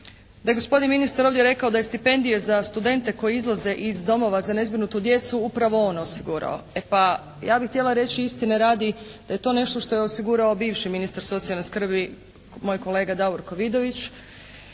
da je gospodin ministar ovdje rekao da je stipendija za studente koji izlaze iz domova za nezbrinutu djecu upravo on osigurao. E pa, ja bih htjela reći istine radi da je to nešto što je osigurao bivši ministar socijalne skrbi moj kolega Davorko Vidović